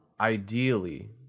Ideally